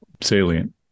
salient